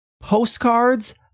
postcards